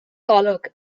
golwg